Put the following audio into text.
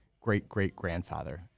great-great-grandfather